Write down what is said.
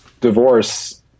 divorce